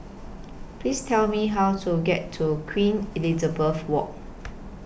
Please Tell Me How to get to Queen Elizabeth Walk